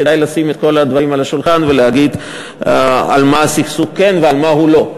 כדאי לשים את כל הדברים על השולחן ולהגיד על מה הסכסוך ועל מה הוא לא.